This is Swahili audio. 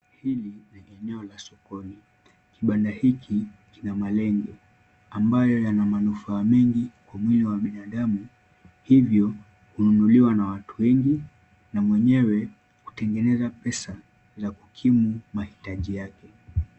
Hili ni eneo la sokoni. Kibanda hiki ni ya malenge ambayo yana manufaa mengi kwa binadamu hivyo hununuliwa na watu wengi, na mwenyewe hutengenezwa pesa za kukimu mahitaji yake.